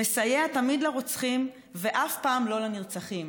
מסייע תמיד לרוצחים ואף פעם לא לנרצחים".